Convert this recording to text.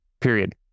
Period